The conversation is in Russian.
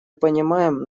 понимаем